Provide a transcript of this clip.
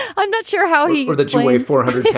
i'm not sure how he or the joy four hundred.